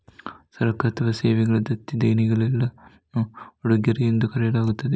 ಸರಕು ಅಥವಾ ಸೇವೆಗಳ ದತ್ತಿ ದೇಣಿಗೆಗಳನ್ನು ಉಡುಗೊರೆಗಳು ಎಂದು ಕರೆಯಲಾಗುತ್ತದೆ